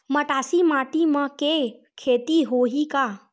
मटासी माटी म के खेती होही का?